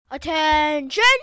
ATTENTION